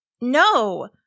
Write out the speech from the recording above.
No